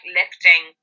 lifting